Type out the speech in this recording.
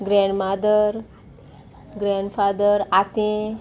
grandmother grandfather आतें